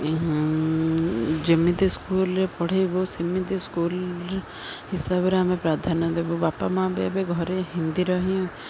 ଯେମିତି ସ୍କୁଲରେ ପଢ଼ାଇବୁ ସେମିତି ସ୍କୁଲ୍ ହିସାବରେ ଆମେ ପ୍ରାଧାନ୍ୟ ଦେବୁ ବାପା ମାଆ ବି ଏବେ ଘରେ ହିନ୍ଦୀର ହିଁ